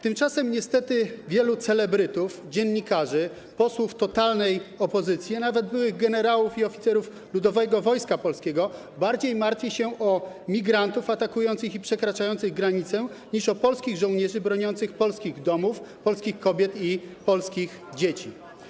Tymczasem niestety wielu celebrytów, dziennikarzy, posłów totalnej opozycji, a nawet byłych generałów i oficerów Ludowego Wojska Polskiego bardziej martwi się o migrantów atakujących i przekraczających granicę niż o polskich żołnierzy broniących polskich domów, polskich kobiet i polskich dzieci.